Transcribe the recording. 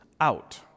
out